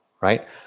right